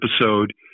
episode